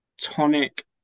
tonic